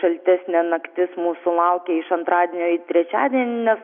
šaltesnė naktis mūsų laukia iš antradienio į trečiadienį nes